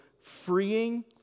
freeing